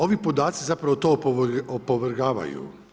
Ovi podaci zapravo to opovrgavaju.